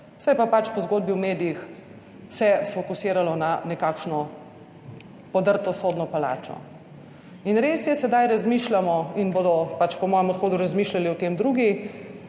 je pa pač po zgodbi v medijih fokusiralo na nekakšno podrto sodno palačo. In res je, sedaj razmišljamo in bodo pač po mojem odhodu razmišljali o tem drugi,